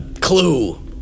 Clue